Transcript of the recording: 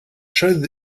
show